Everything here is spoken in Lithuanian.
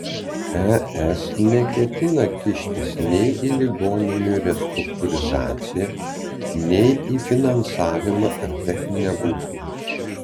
es neketina kištis nei į ligoninių restruktūrizaciją nei į finansavimą ar techninę būklę